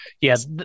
Yes